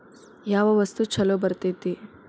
ಯಾವ ವಸ್ತು ಛಲೋ ಬರ್ತೇತಿ?